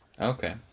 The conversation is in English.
Okay